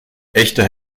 echte